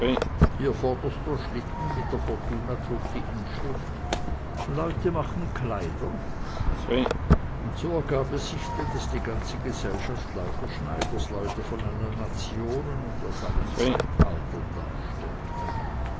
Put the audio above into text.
ihr vorderster schlitten mit der fortuna trug die inschrift leute machen kleider und so ergab es sich denn daß die ganze gesellschaft lauter schneidersleute von allen nationen und aus allen zeitaltern darstellte